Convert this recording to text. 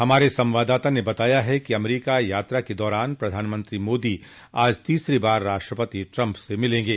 हमारे संवाददाता ने बताया है कि अमरीका यात्रा के दौरान प्रधानमंत्री मोदी आज तीसरी बार राष्ट्रपति ट्रम्प से मिलेंगे